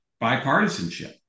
bipartisanship